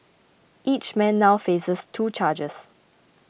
each man now faces two charges